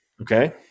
Okay